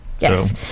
Yes